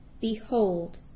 behold